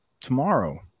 tomorrow